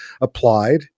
applied